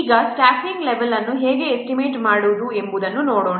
ಈಗ staffing level ಅನ್ನು ಹೇಗೆ ಎಸ್ಟಿಮೇಟ್ಮಾಡುವುದು ಎಂದು ನೋಡೋಣ